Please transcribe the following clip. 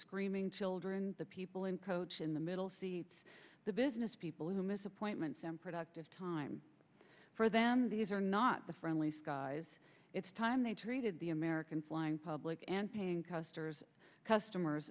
screaming children the people in coach in the middle seats the business people who miss appointments and productive time for them these are not the friendly skies it's time they treated the american flying public and paying customers customers